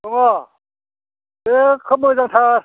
दङ बे खोब मोजांथार